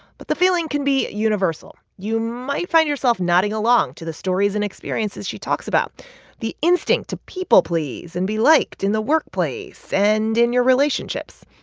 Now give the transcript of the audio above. but the feeling can be universal. you might find yourself nodding along to the stories and experiences she talks about the instinct to people-please and be liked in the workplace and in your relationships.